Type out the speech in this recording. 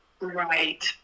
Right